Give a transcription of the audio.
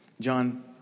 John